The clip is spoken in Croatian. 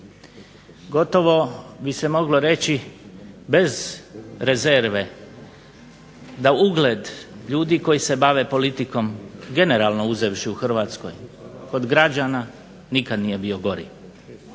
Gotovo bi se moglo reći bez rezerve da ugled ljudi koji se bave politikom, generalno uzevši u Hrvatskoj, kod građana nikad nije bio gori.